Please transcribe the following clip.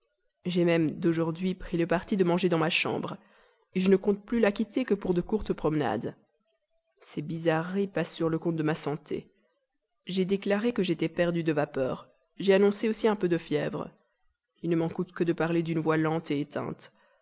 j'ai même d'aujourd'hui pris le parti de manger dans ma chambre je ne compte plus la quitter que pour de courtes promenades ces bizarreries passent sur le compte de ma santé j'ai déclaré que j'étais perdu de vapeurs j'ai annoncé aussi un peu de fièvre il ne m'en coûte que de parler d'une voix lente éteinte